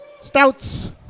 Stouts